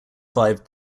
five